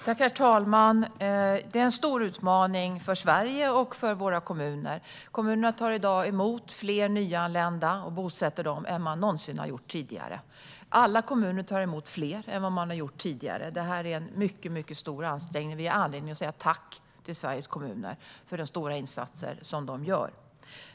Herr talman! Det är en stor utmaning för Sverige och våra kommuner. Kommunerna tar i dag emot och bosätter fler nyanlända än vad man någonsin har gjort förut. Alla kommuner tar emot fler än tidigare. Det är en mycket stor ansträngning, och vi har anledning att säga tack till Sveriges kommuner för de stora insatser de gör.